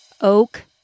Oak